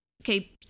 okay